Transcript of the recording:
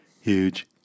Huge